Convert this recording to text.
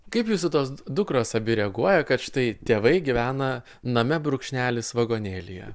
kaip jūsų tos dukros abi reaguoja kad štai tėvai gyvena name brūkšnelis vagonėlyje